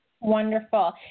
Wonderful